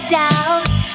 doubt